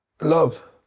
Love